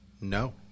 No